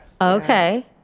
okay